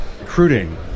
Recruiting